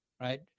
right